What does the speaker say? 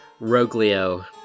Roglio